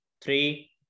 three